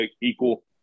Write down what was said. equal